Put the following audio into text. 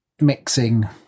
mixing